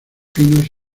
pinos